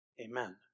amen